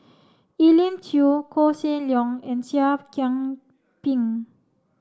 Elim Chew Koh Seng Leong and Seah Kian Peng